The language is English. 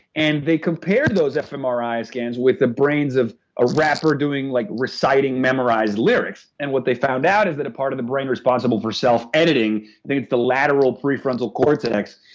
and they compared those fmri scans with the brains of a rapper doing like reciting memorized lyrics, and what they found out is that a part of the brain responsible for self-editing links the lateral prefrontal cortex.